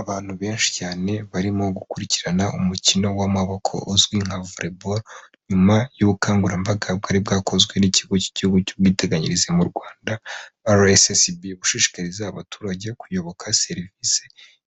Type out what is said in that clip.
Abantu benshi cyane barimo gukurikirana umukino w'amaboko uzwi nka voriboro nyuma y'ubukangurambaga bwari bwakozwe n'ikigo cy'igihugu cy'ubwiteganyirize mu rwanda RSSB gushishikariza abaturage kuyoboka serivisi